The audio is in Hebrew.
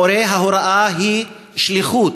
המורה, ההוראה היא שליחות.